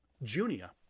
Junia